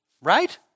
Right